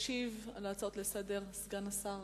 ישיב על ההצעות סגן השר